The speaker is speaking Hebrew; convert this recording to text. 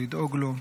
לדאוג לו.